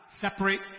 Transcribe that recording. Separate